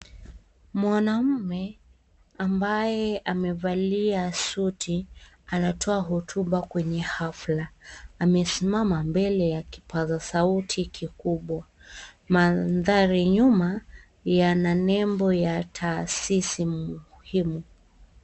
Mwanaume ambaye amevalia suti anatoa hotuba kwenye hafla, amesimama mbele ya kipasa sauti kikubwa, mandari nyuma yananembo ya tahasisi muhimu.